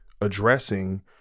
addressing